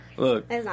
Look